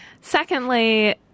Secondly